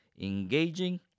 engaging